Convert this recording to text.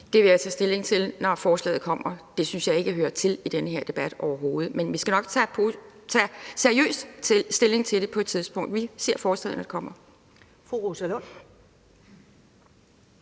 Det vil jeg tage stilling til, når forslaget kommer. Det synes jeg ikke hører til i denne debat overhovedet. Men vi skal nok seriøst tage stilling til det på et tidspunkt. Vi ser på forslaget, når det kommer.